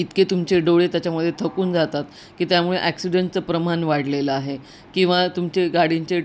इतके तुमचे डोळे त्याच्यामध्ये थकून जातात की त्यामुळे ॲक्सिडेंटचं प्रमाण वाढलेलं आहे किंवा तुमचे गाडींचे